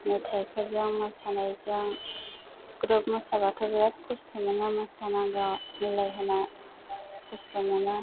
मेथाइफोरजों मोसानायजों ग्रुप मोसाबाथ' बिराथ खस्त' मोनो मोसानांगौ मिलायहोनो खस्त' मोनो